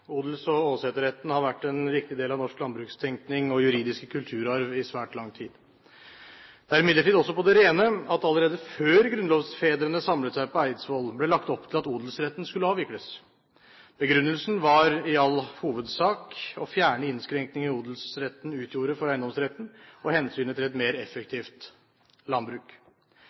Odels- og åsetesretten har vært en viktig del av norsk landbrukstenkning og juridisk kulturarv i svært lang tid. Det er imidlertid også på det rene at allerede før grunnlovsfedrene samlet seg på Eidsvoll ble det lagt opp til at odelsretten skulle avvikles. Begrunnelsen var i all hovedsak å fjerne innskrenkningen odelsretten utgjorde for eiendomsretten og hensynet til et mer effektivt landbruk.